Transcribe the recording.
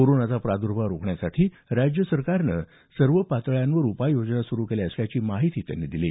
कोरोनाचा प्राद्भाव रोखण्यासाठी राज्य सरकारनं सर्व पातळ्यांवर उपाययोजना सुरु केल्या असल्याची माहिती त्यांनी दिली